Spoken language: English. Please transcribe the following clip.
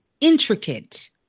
intricate